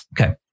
Okay